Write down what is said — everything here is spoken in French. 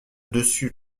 dessus